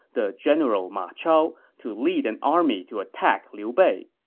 the general ma chao, to lead an army to attack liu bei